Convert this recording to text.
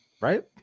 right